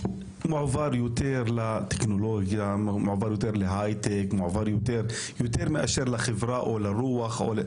חושבים יותר על טכנולוגיה והייטק יותר מאשר למדעי החברה והרוח?